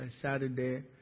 Saturday